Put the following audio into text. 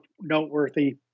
noteworthy